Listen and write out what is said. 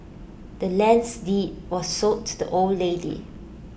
the land's deed was sold to the old lady